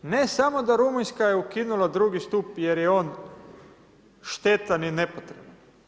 Ne samo da Rumunjska je ukinula drugi stup jer je on štetan i nepotreban.